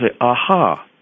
aha